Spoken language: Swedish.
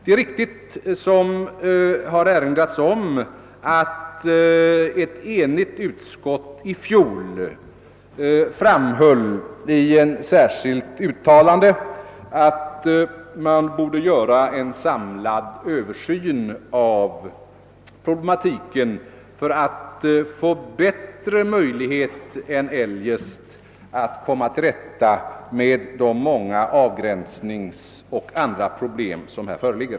Det är riktigt, som det här har erinrats om, att ett enigt utskott i fjol framhöll i ett särskilt uttalande att det borde ske en samlad översyn av problematiken för att skapa bättre möjlighet än eljest att komma till rätta med de många avgränsningsoch andra problem som förelåg.